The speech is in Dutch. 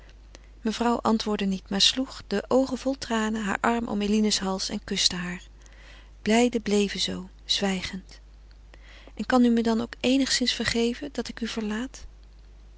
mevrouw antwoordde niet maar sloeg de oogen vol tranen haar arm om eline's hals en kuste haar beiden bleven zoo zwijgend en kan u me dan eenigszins vergeven dat ik u verlaat